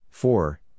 Four